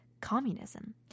Communism